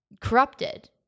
Corrupted